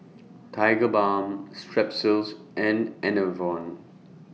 Tigerbalm Strepsils and Enervon